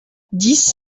dix